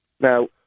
Now